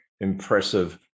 impressive